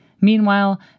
Meanwhile